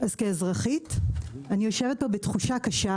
כאזרחית אני יושבת פה בתחושה קשה,